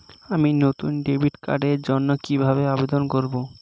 আমি নতুন ডেবিট কার্ডের জন্য কিভাবে আবেদন করব?